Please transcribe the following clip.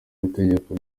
w’itegeko